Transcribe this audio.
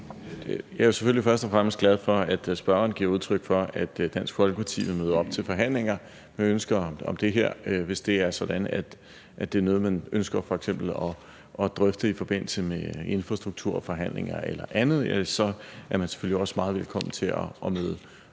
Jeg er jo selvfølgelig først og fremmest glad for, at spørgeren giver udtryk for, at Dansk Folkeparti vil møde op til forhandlinger med ønske om det her. Hvis det er sådan, at det er noget, man ønsker at drøfte f.eks. i forbindelse med infrastrukturforhandlinger eller andet, er man selvfølgelig også meget velkommen til at møde